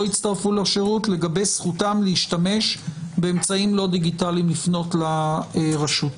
הצטרפו לשירות לגבי זכותם להשתמש באמצעים לא דיגיטליים לפנות לרשות.